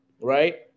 right